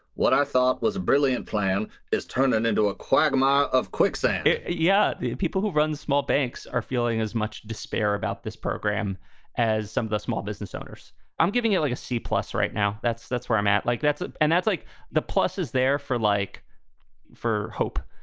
what i thought was a brilliant plan is turning into a quagmire of quicksand yeah. the people who run small banks are feeling as much despair about this program as some of the small business owners i'm giving it like a c-plus right now. that's that's where i'm at. like, that's ah and that's like the pluses there for like for hope.